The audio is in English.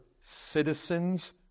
citizens